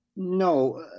No